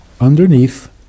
Underneath